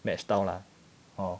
match 到 lah hor